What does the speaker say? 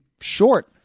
short